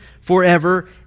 forever